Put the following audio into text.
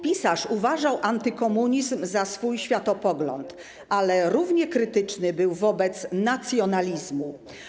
Pisarz uważał antykomunizm za swój światopogląd, ale równie krytyczny był wobec nacjonalizmu.